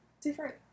different